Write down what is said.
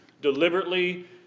deliberately